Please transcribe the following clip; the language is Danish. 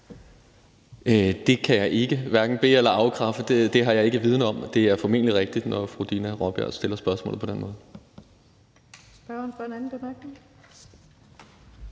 Det kan jeg hverken be- eller afkræfte. Det har jeg ingen viden om, men det er formentlig rigtigt, når fru Dina Raabjerg stiller spørgsmålet på den måde. Kl. 16:44 Den fg. formand